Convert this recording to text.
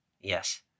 Yes